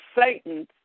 Satan